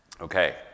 Okay